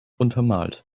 untermalt